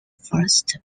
first